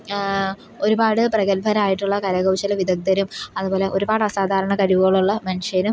ഒരുപാട് പ്രകത്ഭരായിട്ടുള്ള കരകൗശല വിദഗ്ദ്ധരും അതുപോലെ ഒരുപാട് അസാധാരണ കഴിവുകളുള്ള മനുഷ്യരും